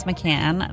McCann